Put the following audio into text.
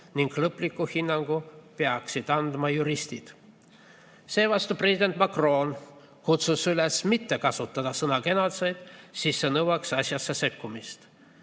ning lõpliku hinnangu peaksid andma juristid. Seevastu president Macron kutsus üles mitte kasutama sõna "genotsiid", sest see nõuaks asjasse sekkumist.